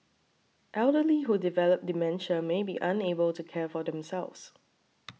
elderly who develop dementia may be unable to care for themselves